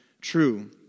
true